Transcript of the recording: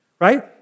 right